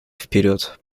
вперед